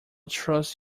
trust